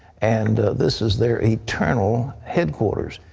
and this is their eternal headquarters.